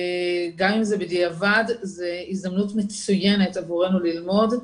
גם אם זה בדיעבד, זו הזדמנות מצוינת עבורנו ללמוד.